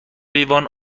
لیوان